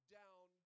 down